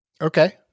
Okay